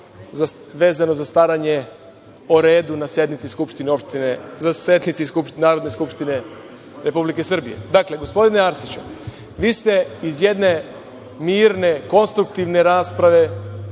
vezano za staranje o redu na sednici Narodne skupštine Republike Srbije. Dakle, gospodine Arsiću, vi ste iz jedne mirne, konstruktivne rasprave